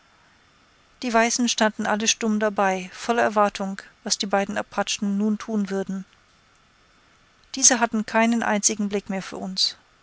die weißen standen alle stumm dabei voller erwartung was die beiden apachen nun tun würden diese hatten keinen einzigen blick mehr für uns